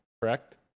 Correct